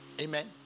Amen